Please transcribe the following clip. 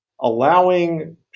allowing